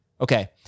Okay